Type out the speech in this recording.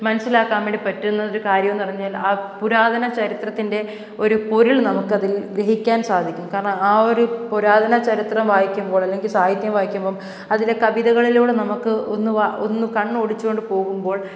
മനസ്സിലാക്കാൻ വേണ്ടി പറ്റുന്നൊരു കാര്യമെന്നു പറഞ്ഞാൽ ആ പുരാതന ചരിത്രത്തിൻ്റെ ഒരു പൊരുൾ നമുക്കതിൽ ഗ്രഹിക്കാൻ സാധിക്കും കാരണം ആ ഒരു പുരാതന ചരിത്രം വായിക്കുമ്പോൾ അല്ലെങ്കിൽ സാഹിത്യം വായിക്കുമ്പോൾ അതിലെ കവിതകളിലൂടെ നമുക്ക് ഒന്ന് വാ ഒന്നു കണ്ണോടിച്ചു കൊണ്ടു പോകുമ്പോൾ